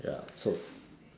ya so